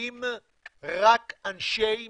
מגיעים רק אנשי מקצוע.